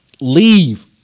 leave